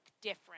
different